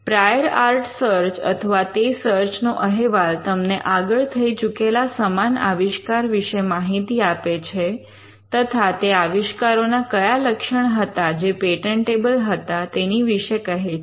prior art search અથવા તે search નો અહેવાલ તમને આગળ થઈ ચૂકેલા સમાન આવિષ્કાર વિશે માહિતી આપે છે તથા તે આવિષ્કારોના કયા લક્ષણ હતા જે પેટન્ટેબલ હતા તેની વિશે કહે છે